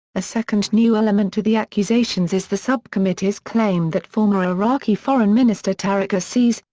a second new element to the accusations is the subcommittee's claim that former iraqi foreign minister tariq aziz,